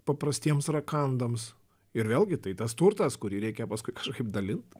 paprastiems rakandams ir vėlgi tai tas turtas kurį reikia paskui kaip dalint